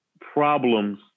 problems